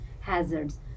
hazards